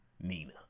nina